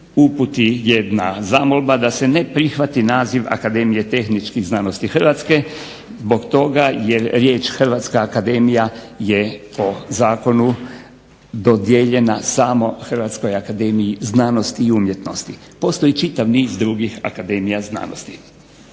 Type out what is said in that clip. uputi jedna zamolba da se ne prihvati naziv Akademije tehničkih znanosti Hrvatska, zbog toga jer riječ Hrvatska akademija je po zakonu dodijeljena samo Hrvatskoj akademiji znanosti i umjetnosti. Postoji čitav niz drugih akademija znanosti.